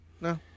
no